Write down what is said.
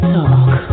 talk